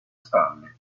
spalle